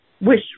wish